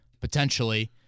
potentially